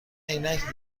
عینک